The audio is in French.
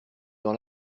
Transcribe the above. dans